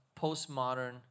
postmodern